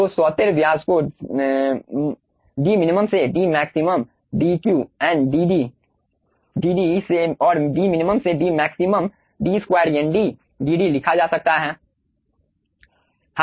तो सौतेर व्यास को dmin से dmax dq n dd और dmin से dmax d2 n dd लिखा जा सकता है